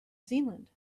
zealand